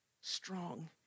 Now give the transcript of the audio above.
strong